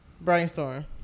brainstorm